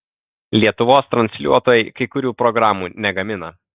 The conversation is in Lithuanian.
lietuvos transliuotojai kai kurių programų negamina